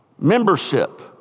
membership